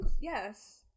Yes